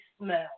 smell